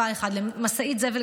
ענית על חלק מהדברים.